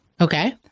Okay